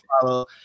follow